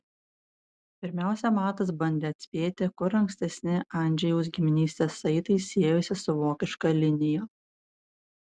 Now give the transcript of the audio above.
pirmiausia matas bandė atspėti kur ankstesni andžejaus giminystės saitai siejosi su vokiška linija